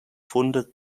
funde